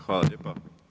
Hvala lijepa.